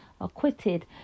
acquitted